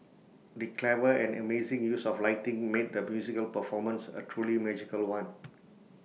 the clever and amazing use of lighting made the musical performance A truly magical one